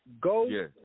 go